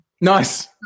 Nice